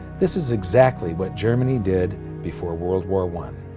this is exactly what germany did before world war one.